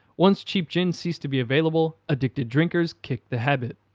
once cheap gin ceased to be available, addicted drinkers kicked the habit.